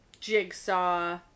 Jigsaw